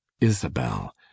Isabel